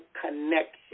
connection